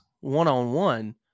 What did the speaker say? one-on-one